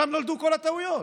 שם נולדו כל הטעויות.